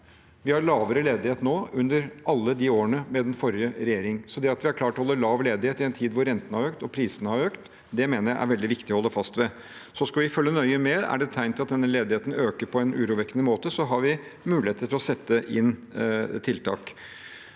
Vi har lavere ledighet nå enn under alle årene med den forrige regjeringen. Det at vi har klart å holde lav ledighet i en tid hvor rentene har økt og prisene har økt, mener jeg er veldig viktig å holde fast ved. Så skal vi følge nøye med. Er det tegn til at denne ledigheten øker på en urovekkende måte, har vi muligheter til å sette inn tiltak.